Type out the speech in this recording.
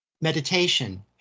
meditation